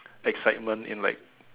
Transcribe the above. excitement in like